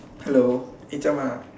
hello